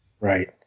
Right